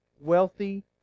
wealthy